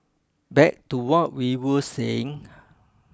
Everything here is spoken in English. back to what we were saying